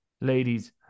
ladies